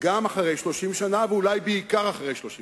גם אחרי 30 שנה ואולי בעיקר אחרי 30 שנה.